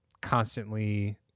constantly